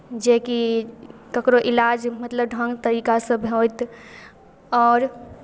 जेकि ककरो इलाज मतलब ढङ्ग तरीकासँ होइत आओर